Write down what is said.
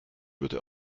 würde